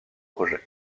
projets